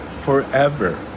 forever